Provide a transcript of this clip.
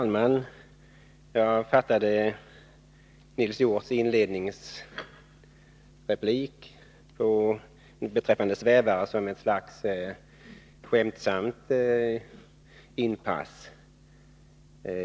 Herr talman! Vad Nils Hjorth i inledningen av sin replik sade om svävare betraktade jag som ett skämtsamt inpass.